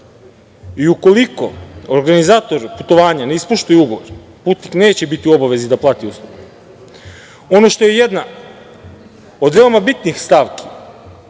Ukoliko organizator putovanja ne ispoštuje ugovor, putnik neće biti u obavezi da plati uslugu. Ono što je jedna od veoma bitnih stavki